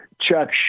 Chuck